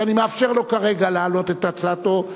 שאני מאפשר לו כרגע להעלות את הצעתו,